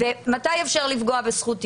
מתי אפשר לפגוע בזכות יסוד?